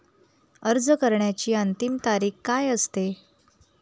अर्ज करण्याची अंतिम तारीख काय असते?